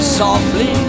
softly